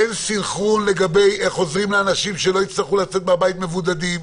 אין סנכרון לגבי איך עוזרים לאנשים שלא יצטרכו לצאת מהבית מבודדים,